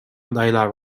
adaylar